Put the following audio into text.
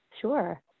sure